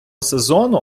сезону